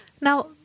Now